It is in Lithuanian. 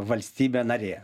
valstybė narė